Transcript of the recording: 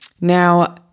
Now